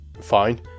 fine